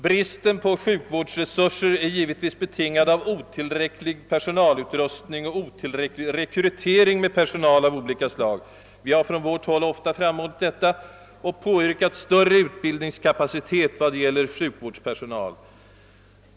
Bristen på sjukvårdsresurser är givetvis också betingad av otillräcklig personalutrustning och otillräcklig rekrytering med personal av olika slag — vi har från vårt håll ofta framhållit detta och påyrkat större utbildningskapacitet i vad gäller sjukvårdspersonal.